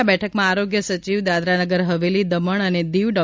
આ બેઠકમાં આરોગ્ય સચિવ દાદરાનગર હવેલી દમણ અને દીવ ડો